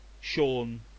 Sean